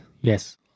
Yes